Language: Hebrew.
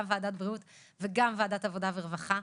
גם ועדת בריאות וגם ועדת עבודה ורווחה.